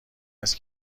است